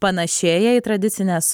panašėja į tradicines